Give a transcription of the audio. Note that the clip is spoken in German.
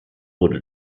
wurde